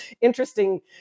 interesting